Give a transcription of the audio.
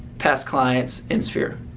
past clients and sphere.